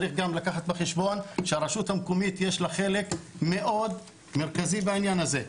צריך גם לקחת בחשבון שהרשות המקומית יש לה חלק מאוד מרכזי בעניין הזה.